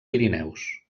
pirineus